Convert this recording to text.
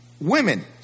women